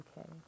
okay